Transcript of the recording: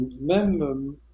même